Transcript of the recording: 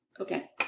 Okay